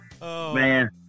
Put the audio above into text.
Man